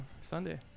Sunday